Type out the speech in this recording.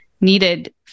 needed